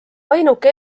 ainuke